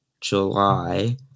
July